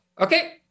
okay